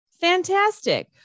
fantastic